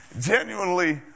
Genuinely